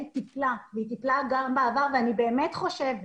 והיא טיפלה גם בעבר ואני באמת חושבת